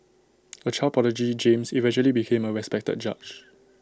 A child prodigy James eventually became A respected judge